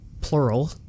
plural